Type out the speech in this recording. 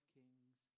kings